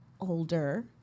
older